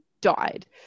died